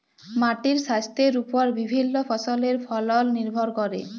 মাটির স্বাইস্থ্যের উপর বিভিল্য ফসলের ফলল লির্ভর ক্যরে